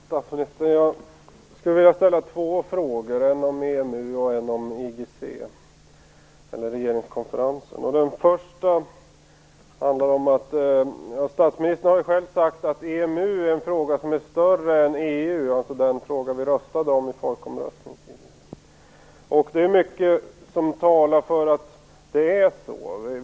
Fru talman! Jag skulle vilja ställa två frågor, en om EMU och en om IGC eller regeringskonferensen. Statsministern har ju själv sagt att EMU är en fråga som är större än EU, dvs. den fråga vi röstade om i folkomröstningen. Det är mycket som talar för att det är så.